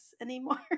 anymore